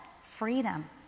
freedom